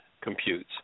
computes